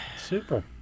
Super